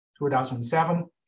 2007